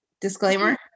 Disclaimer